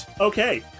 Okay